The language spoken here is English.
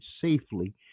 safely